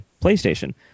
PlayStation